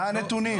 מה הנתונים?